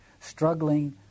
struggling